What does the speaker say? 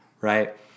Right